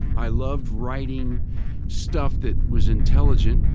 i loved writing stuff that was intelligent,